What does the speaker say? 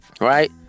Right